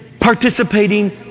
participating